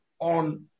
on